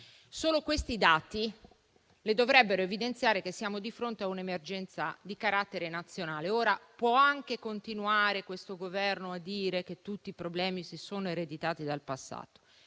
Solo questi dati le dovrebbero evidenziare che siamo di fronte a un'emergenza di carattere nazionale. Questo Governo può anche continuare a dire che tutti i problemi si sono ereditati dal passato.